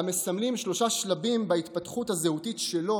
המסמלים שלושה שלבים בהתפתחות הזהותית שלו,